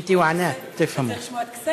את וענת מבינות.) אתה צריך לשמוע את קסניה,